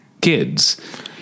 kids